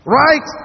right